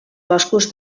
boscos